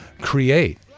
create